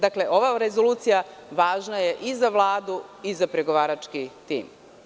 Dakle, ova rezolucija važna je, i za Vladu, i za pregovarački tim.